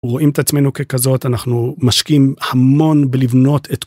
רואים את עצמנו ככזאת אנחנו משקיעים המון בלבנות את...